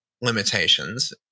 limitations